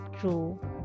true